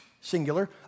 singular